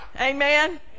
Amen